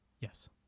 Yes